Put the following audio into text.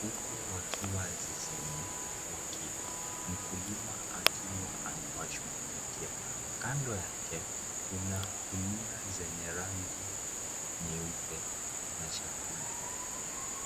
huku wakiwa zizini wakila, mkulima akiwa anawashughulikia, kando yake kuna gunia zenye rangi nyeupe na chakula.